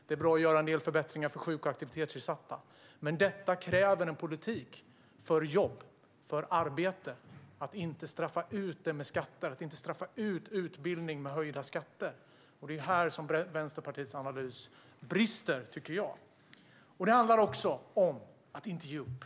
Det är bra att göra en del förbättringar för sjuk och aktivitetsersatta. Detta kräver dock en politik för jobb - för arbete. Det kräver att man inte straffar ut arbete med skatter och att man inte straffar ut utbildning med höjda skatter. Det är här Vänsterpartiets analys brister, tycker jag. Det handlar också om att inte ge upp.